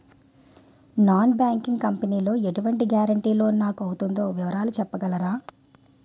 Non banking company లో ఎటువంటి guarantee loan నాకు అవుతుందో వివరాలు చెప్పగలరా?